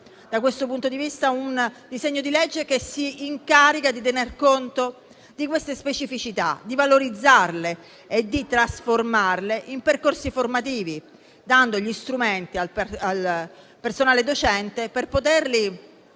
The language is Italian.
da questo punto di vista, un disegno di legge che si incarica di tener conto di queste specificità, di valorizzarle e di trasformarle in percorsi formativi, dando gli strumenti al personale docente per poterli